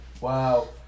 Wow